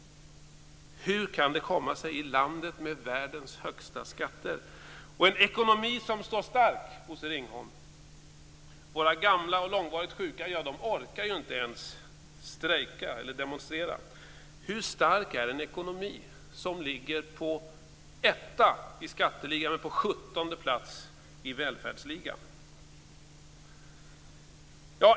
Hur kan detta komma sig i landet med världens högsta skatter och en ekonomi som står stark, Bosse Ringholm? Våra gamla och långvarigt sjuka orkar inte ens strejka eller demonstrera. Hur stark är en ekonomi som ligger etta i skatteligan men på 17:e plats i välfärdsligan?